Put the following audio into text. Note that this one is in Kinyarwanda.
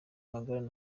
magara